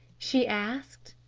she asked,